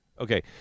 Okay